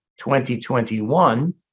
2021